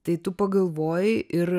tai tu pagalvojai ir